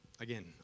Again